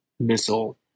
missile